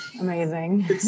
amazing